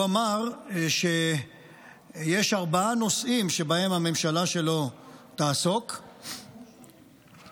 הוא אמר שיש ארבעה נושאים שבהם הממשלה שלו תעסוק: איראן,